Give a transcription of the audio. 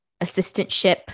assistantship